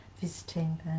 visiting